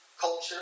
culture